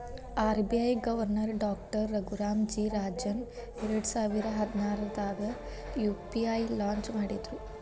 RBI governor doctor Raghuram G Rajan ಎರಡಸಾವಿರ ಹದ್ನಾರಾಗ UPI launch ಮಾಡಿದ್ರು